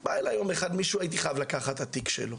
בא אליי יום אחד מישהו והייתי חייב לקחת את התיק שלו.